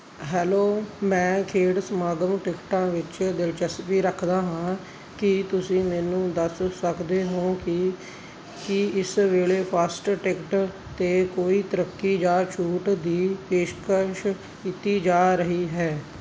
hello ਮੈਂ ਖੇਡ ਸਮਾਗਮ ਟਿਕਟਾਂ ਵਿੱਚ ਦਿਲਚਸਪੀ ਰੱਖਦਾ ਹਾਂ ਕੀ ਤੁਸੀਂ ਮੈਨੂੰ ਦੱਸ ਸਕਦੇ ਹੋ ਕਿ ਕੀ ਇਸ ਵੇਲੇ ਫਸਟ ਟਿਕਟ 'ਤੇ ਕੋਈ ਤਰੱਕੀ ਜਾਂ ਛੋਟ ਦੀ ਪੇਸ਼ਕਸ਼ ਕੀਤੀ ਜਾ ਰਹੀ ਹੈ